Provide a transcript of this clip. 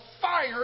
fire